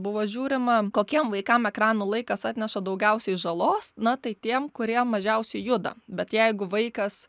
buvo žiūrima kokiem vaikam ekranų laikas atneša daugiausiai žalos na tai tiem kurie mažiausiai juda bet jeigu vaikas